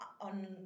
on